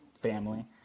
family